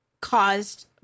caused